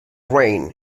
reign